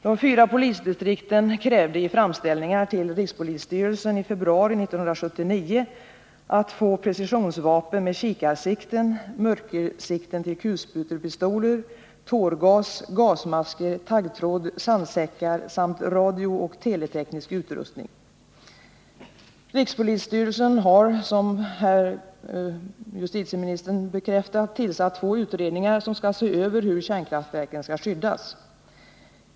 De fyra polisdistrikten krävde i framställningar till rikspolisstyrelsen i februari 1979 att få precisionsvapen med kikarsikten, mörkersikten till kulsprutepistoler, tårgas, gasmasker, taggtråd, sandsäckar samt radiooch teleteknisk utrustning. Enligt uppgift har rikspolisstyrelsen — vilket justitieministern här har bekräftat — tillsatt två utredningar som skall se över hur kärnkraftverken skall skyddas.